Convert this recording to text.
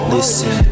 Listen